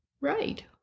Right